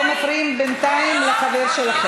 חבר הכנסת יואל חסון.